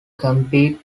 compete